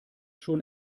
schon